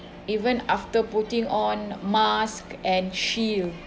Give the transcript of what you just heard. even after putting on mask and shield